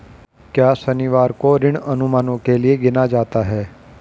क्या शनिवार को ऋण अनुमानों के लिए गिना जाता है?